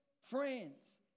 friends